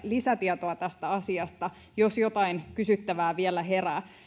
lisätietoa tästä asiasta jos jotain kysyttävää vielä herää